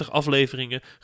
afleveringen